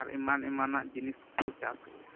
ᱟᱨ ᱮᱢᱟᱱ ᱮᱢᱟᱱᱟᱜ ᱡᱤᱱᱤᱥ ᱠᱚᱠᱚ ᱪᱟᱥ ᱜᱮᱭᱟ